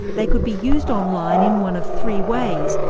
they could be used online in one of three ways,